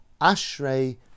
Ashrei